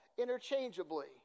interchangeably